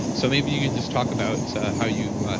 so maybe you could just talk about how you